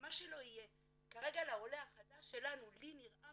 מה שלא יהיה, כרגע לעולה החדש שלנו לי נראה